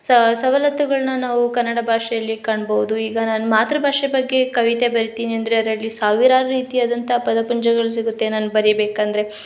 ಸಹ ಸವಲತ್ತುಗಳನ್ನ ನಾವು ಕನ್ನಡ ಭಾಷೆಯಲ್ಲಿ ಕಾಣ್ಬೌದು ಈಗ ನಾನು ಮಾತೃ ಭಾಷೆ ಬಗ್ಗೆ ಕವಿತೆ ಬರಿತೀನಿ ಅಂದರೆ ಅದರಲ್ಲಿ ಸಾವಿರಾರು ರೀತಿಯಾದಂಥ ಪದಪುಂಜಗಳ್ ಸಿಗುತ್ತೆ ನಾನು ಬರಿಬೇಕಂದರೆ